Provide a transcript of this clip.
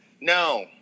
No